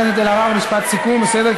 חברת הכנסת אלהרר, משפט סיכום, בסדר?